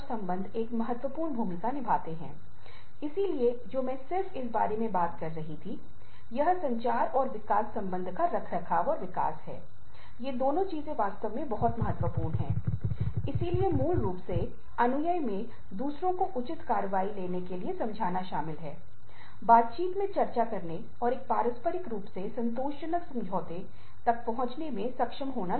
और जब आप कहते हैं कि कार्य जीवन में संतुलन है तो कई वैचारिक अस्पष्टताएं हैं इसका सीधा सा मतलब है कि काम और जीवन दोनों को समान समय देना और दोनों को काम और गैर कार्य गतिविधियों को समान समय देना